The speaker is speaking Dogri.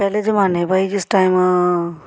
पैह्ले जमान्ने भाई जिस टाइम